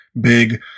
big